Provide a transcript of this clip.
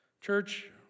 Church